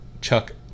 Chuck